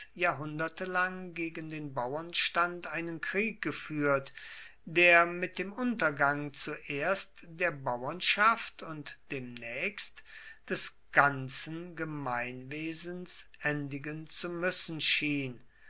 jahrhunderte lang gegen den bauernstand einen krieg geführt der mit dem untergang zuerst der bauernschaft und demnächst des ganzen gemeinwesens endigen zu müssen schien